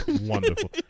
Wonderful